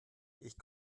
ich